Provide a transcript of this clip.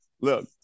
look